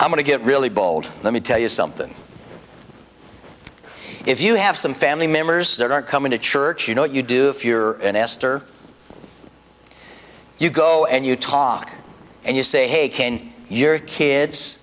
i'm going to get really bold let me tell you something if you have some family members that are coming to church you know what you do if you're in esther you go and you talk and you say hey can your kids